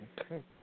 Okay